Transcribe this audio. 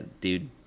dude